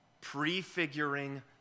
prefiguring